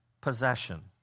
possession